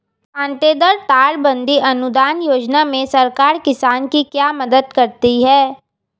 कांटेदार तार बंदी अनुदान योजना में सरकार किसान की क्या मदद करती है?